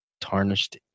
tarnished